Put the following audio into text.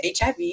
HIV